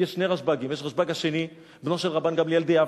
זה רבן שמעון בן גמליאל,